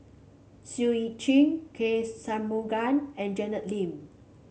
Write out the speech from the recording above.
Seah Eu Chin K Shanmugam and Janet Lim